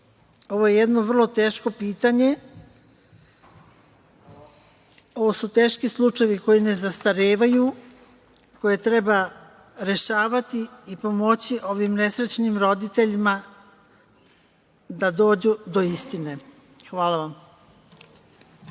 je jedno vrlo teško pitanje, ovo su teški slučajevi koji ne zastarevaju, koje treba rešavati i pomoći ovim nesrećnim roditeljima da dođu do istine. Hvala vam.